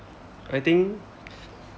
I think